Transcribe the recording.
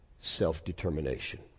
self-determination